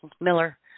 Miller